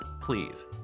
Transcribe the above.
please